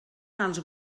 els